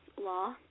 law